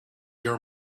your